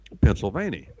Pennsylvania